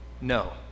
No